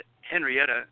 Henrietta